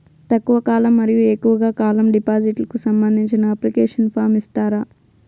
తక్కువ కాలం మరియు ఎక్కువగా కాలం డిపాజిట్లు కు సంబంధించిన అప్లికేషన్ ఫార్మ్ ఇస్తారా?